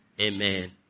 Amen